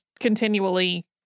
continually